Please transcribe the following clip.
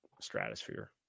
stratosphere